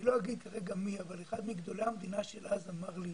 אני לא אגיד כרגע מי אבל אחד מגדולי המדינה של אז אמר לי: